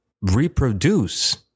reproduce